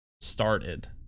started